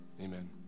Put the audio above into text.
Amen